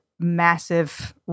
Massive